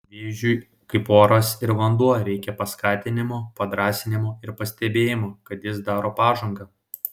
vėžiui kaip oras ir vanduo reikia paskatinimo padrąsinimo ir pastebėjimo kad jis daro pažangą